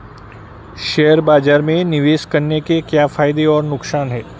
Share बाज़ार में निवेश करने के क्या फायदे और नुकसान हैं?